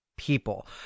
people